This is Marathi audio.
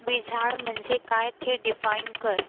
विझाड म्हणजे काय ते डीफाईन कर